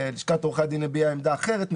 לשכת עורכי הדין הביעה עמדה אחרת.